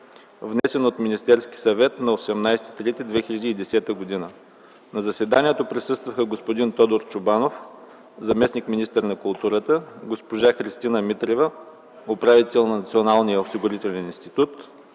внесен от Министерския съвет на 18 март 2010 г. На заседанието присъстваха господин Тодор Чобанов, заместник-министър на културата, госпожа Христина Митрева, управител на Националния осигурителен институт,